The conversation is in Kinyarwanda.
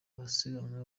abasiganwa